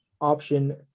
Option